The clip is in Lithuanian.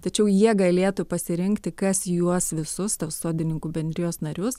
tačiau jie galėtų pasirinkti kas juos visus tos sodininkų bendrijos narius